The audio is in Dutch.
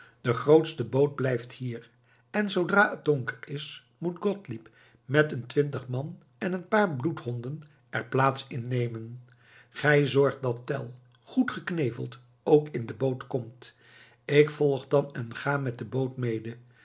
de grootste boot blijft hier en zoodra het donker is moet gottlieb met een twintig man en een paar bloedhonden er plaats in nemen gij zorgt dat tell goed gekneveld ook in de boot komt ik volg dan en ga met de boot mede